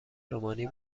رومانی